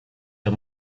der